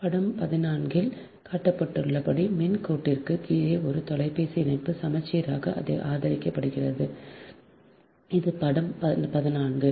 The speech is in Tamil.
படம் 14 இல் காட்டப்பட்டுள்ளபடி மின் கோட்டிற்கு கீழே ஒரு தொலைபேசி இணைப்பு சமச்சீராக ஆதரிக்கப்படுகிறது இது படம் 14